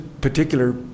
particular